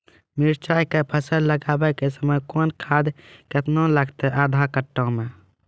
मिरचाय के फसल लगाबै के समय कौन खाद केतना लागतै आधा कट्ठा मे?